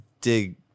dig